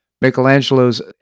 Michelangelo's